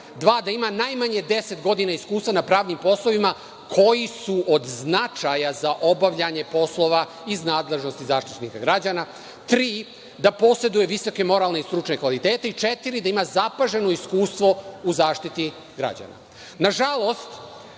- da ima najmanje 10 godina iskustva na pravnim poslovima koji su od značaja za obavljanje poslova iz nadležnosti Zaštitnika građana. Tri – da poseduje visoke moralne i stručne kvalitete. Četiri – da ima zapaženo iskustvo u zaštiti